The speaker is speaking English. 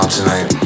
tonight